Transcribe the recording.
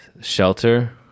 Shelter